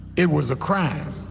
it was a crime.